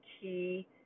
key